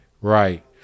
Right